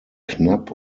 knapp